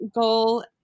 goal